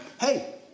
hey